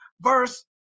verse